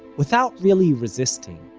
without really resisting,